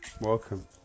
Welcome